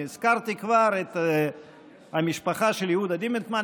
אני כבר הזכרתי את המשפחה של יהודה דימנטמן,